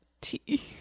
tea